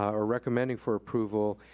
um or recommending for approval,